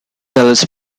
dallas